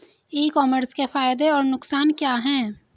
ई commerce के फायदे और नुकसान क्या हैं?